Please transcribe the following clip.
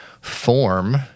form